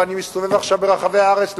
ואני מסתובב עכשיו ברחבי הארץ,